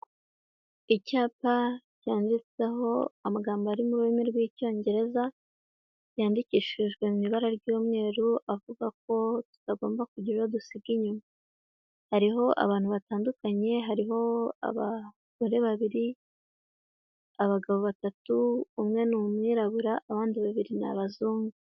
icyapa cyanyanditseho amagambo ari murimi rw'icyongereza yandikishijwe mu ibara ry'umweru avuga ko tutagomba kugira uwo dusiga inyuma, hariho abantu batandukanye hariho abagore babiri abagabo batatu umwe ni umwirabura abandi babiri ni abazungu.